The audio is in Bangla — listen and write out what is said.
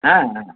হ্যাঁ হ্যাঁ